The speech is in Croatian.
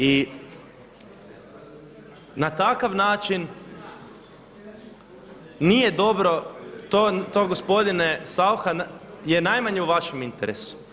I na takav način nije dobro to gospodine Saucha je najmanje u vašem interesu.